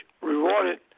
rewarded